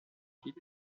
quand